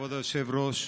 כבוד היושב-ראש,